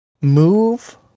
move